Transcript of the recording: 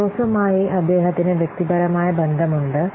റിസോഴ്സുമായി അദ്ദേഹത്തിന് വ്യക്തിപരമായ ബന്ധമുണ്ട്